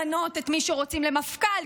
למנות את מי שרוצים למפכ"ל,